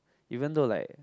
even though like